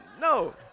No